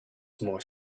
more